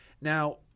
Now